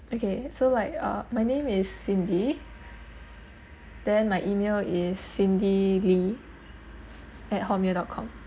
okay so like uh my name is cindy then my email is cindy lee at Hotmail dot com